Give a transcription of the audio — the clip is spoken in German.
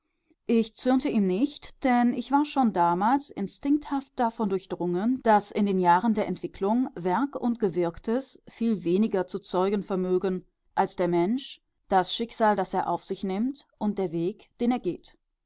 ich zürnte ihm nicht denn ich war schon damals instinkthaft davon durchdrungen daß in den jahren der entwicklung werk und gewirktes viel weniger zu zeugen vermögen als der mensch das schicksal das er auf sich nimmt und der weg den er geht